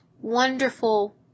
wonderful